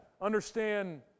understand